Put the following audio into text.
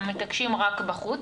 הם מתעקשים רק בחוץ.